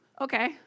Okay